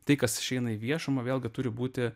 tai kas išeina į viešumą vėlgi turi būti